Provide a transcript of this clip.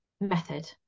method